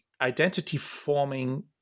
identity-forming